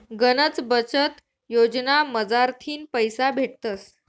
गनच बचत योजना मझारथीन पैसा भेटतस